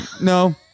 No